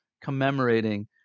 commemorating